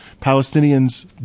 Palestinians